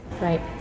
Right